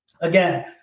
again